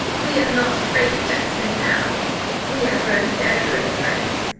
we are not afraid of jackson now we are grown very great friends.